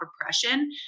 oppression